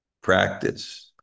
practice